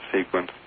sequence